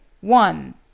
One